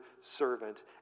servant